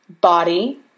body